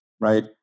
Right